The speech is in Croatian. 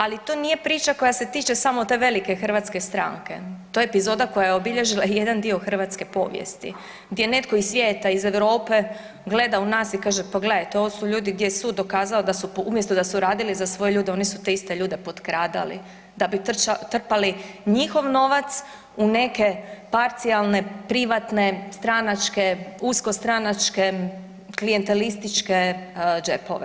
Ali to nije priča koja se tiče samo te velike hrvatske stranke, to je epizoda koja je obilježila i jedan dio hrvatske povijesti, gdje netko iz svijeta, iz Europe gleda u nas i kaže, pa gledajte ovo su ljudi gdje je sud dokazao da su, umjesto da su radili za svoje ljude oni su te iste ljude potkradali da bi trpali njihov novac u neke parcijalne, privatne, stranačke, usko stranačke, klijentelističke džepove.